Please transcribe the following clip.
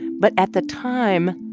but at the time,